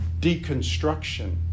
Deconstruction